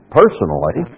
personally